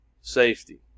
safety